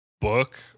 book